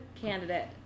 candidate